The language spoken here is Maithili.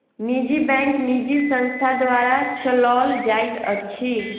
निजी बैंक निजी संस्था द्वारा चलौल जाइत अछि